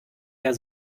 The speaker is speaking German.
eher